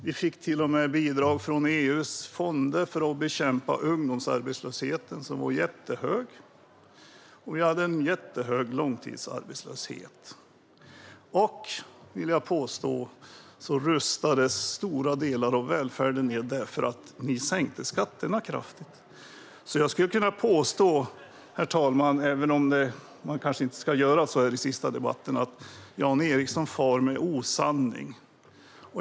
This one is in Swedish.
Vi fick till och med bidrag från EU:s fonder för att bekämpa ungdomsarbetslösheten, som var jättehög. Vi hade även en jättehög långtidsarbetslöshet. Jag vill också påstå att stora delar av välfärden rustades ned eftersom ni sänkte skatterna kraftigt. Herr talman! Jag skulle kunna påstå, även om man kanske inte ska göra så i sista debatten, att Jan Ericson far med osanning.